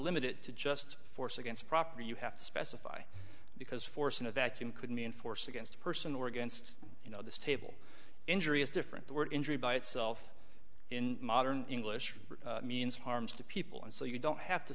limit it to just force against proper you have to specify because force in a vacuum could mean force against a person or against you know this table injury is different the word injury by itself in modern english means harms to people and so you don't have to